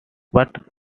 but